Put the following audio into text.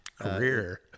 Career